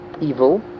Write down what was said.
evil